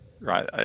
right